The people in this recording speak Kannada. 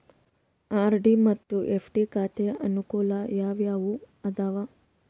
ಆರ್.ಡಿ ಮತ್ತು ಎಫ್.ಡಿ ಖಾತೆಯ ಅನುಕೂಲ ಯಾವುವು ಅದಾವ?